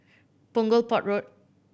Punggol Port Road